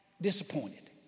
disappointed